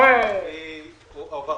הישיבה